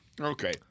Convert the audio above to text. okay